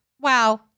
Wow